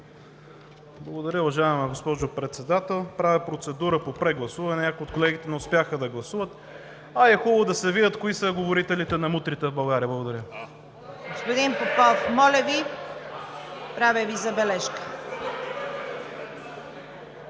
Благодаря, уважаема госпожо Председател. Правя процедура по прегласуване – някои от колегите не успяха да гласуват, а и е хубаво да се видят кои са говорителите на мутрите в България. Благодаря. (Силен шум и реплики